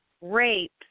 rape